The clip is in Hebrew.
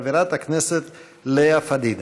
חברת הכנסת לאה פדידה.